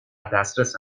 دسترس